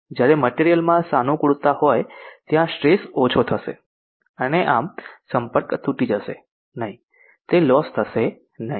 જ્યારે મટિરિયલ માં સાનુકૂળતા હોય ત્યાં સ્ટ્રેસ ઓછો થશે અને આમ સંપર્ક તૂટી જશે નહીં તે લોસ થશે નહીં